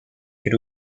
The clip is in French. fait